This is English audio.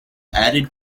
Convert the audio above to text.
added